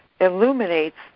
illuminates